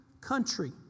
country